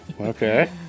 okay